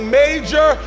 major